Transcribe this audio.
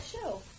show